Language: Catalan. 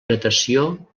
natació